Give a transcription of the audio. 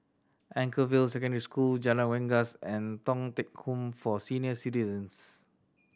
Anchorvale Secondary School Jalan Rengas and Thong Teck Home for Senior Citizens